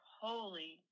holy